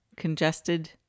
Congested